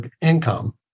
income